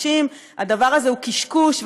הדבר הזה הוא קשקוש,